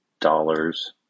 dollars